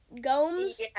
Gomes